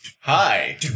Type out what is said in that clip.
Hi